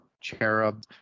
cherub